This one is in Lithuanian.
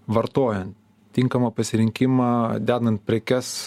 vartojan tinkamą pasirinkimą dedant prekes